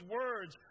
words